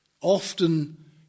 often